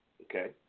okay